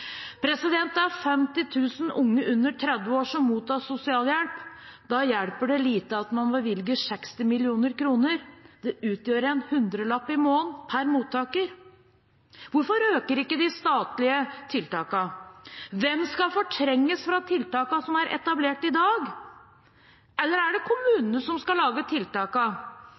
Det er 50 000 unge under 30 år som mottar sosialhjelp. Da hjelper det lite at man bevilger 60 mill. kr. Det utgjør en hundrelapp i måneden per mottaker. Hvorfor øker ikke de statlige tiltakene? Hvem skal fortrenges fra tiltakene som er etablert i dag? Eller er det kommunene som skal lage